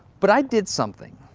but i did something.